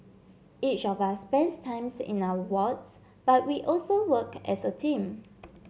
each of us spends time in our wards but we also work as a team